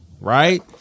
right